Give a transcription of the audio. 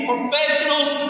Professionals